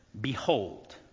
Behold